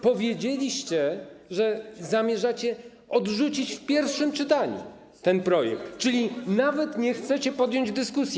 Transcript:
Powiedzieliście, że zamierzacie odrzucić w pierwszym czytaniu ten projekt, czyli nawet nie chcecie podjąć dyskusji.